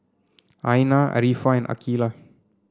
Aina Arifa and Aqeelah